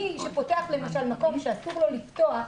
מי שפותח למשל מקום שאסור לו לפתוח,